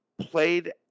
played